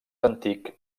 antic